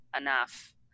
enough